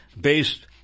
based